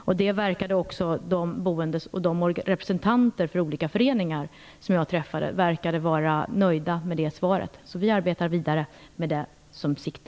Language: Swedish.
Det svaret verkade också de boende och representanterna för olika föreningar som jag träffade vara nöjda med. Vi arbetar vidare med det som sikte.